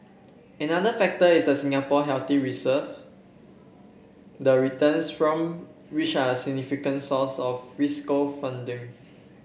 another factor is the Singapore healthy reserves the returns from which are a significant source of fiscal funding